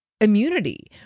immunity